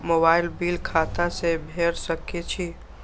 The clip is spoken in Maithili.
मोबाईल बील खाता से भेड़ सके छि?